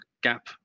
gap